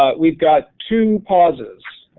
ah we've got two pauses.